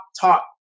top